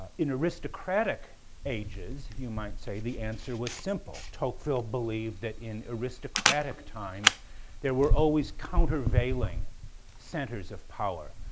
in aristocratic ages, you might say, the answer was simple. tocqueville believed that in aristocratic times there were always countervailing centers of power.